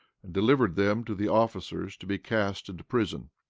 and delivered them to the officers to be cast into prison.